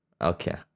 Okay